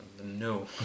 No